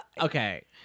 Okay